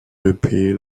depuis